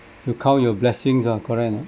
you count your blessings ah correct or not